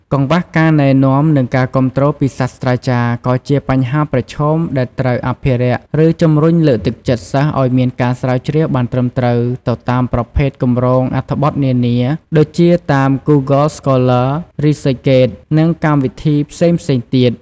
កង្វះការណែនាំ និងការគាំទ្រពីសាស្ត្រាចារ្យក៏ជាបញ្ហាប្រឈមដែលត្រូវអភិរក្សឫជំរុញលើកទឹកចិត្តសិស្សឱ្យមានការស្រាវជ្រាវបានត្រឹមត្រូវទៅតាមប្រភេទកម្រោងអត្ថបទនានា ដូចជាតាម ហ្គូហ្គល ស្កូល័រ (Google Scholar) រីស៊ឺចហ្គេត (ResearchGate) និងកម្មវិធីផ្សេងៗទៀត។